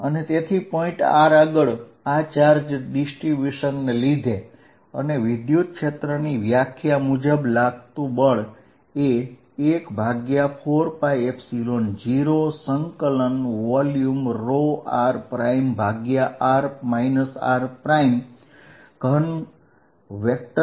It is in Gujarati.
અને તેથી પોઇન્ટ r આગળ આ ચાર્જ ડિસ્ટ્રીબ્યુશન ને લીધે અને વિદ્યુત ક્ષેત્રની વ્યાખ્યા મુજબ E q40dVr r3r r r થશે